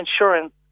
insurance